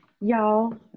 y'all